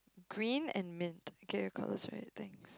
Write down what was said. green and mint get the colours right I think